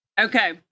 Okay